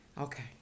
Okay